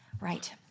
right